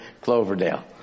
Cloverdale